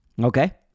Okay